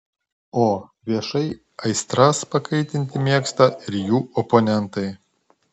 o viešai aistras pakaitinti mėgsta ir jų oponentai